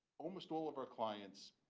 almost all of our clients